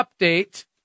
update